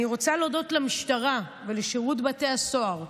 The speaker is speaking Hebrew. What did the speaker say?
אני רוצה להודות למשטרה ולשירות בתי הסוהר,